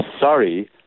sorry